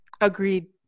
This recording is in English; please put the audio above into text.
Agreed